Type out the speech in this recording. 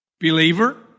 Believer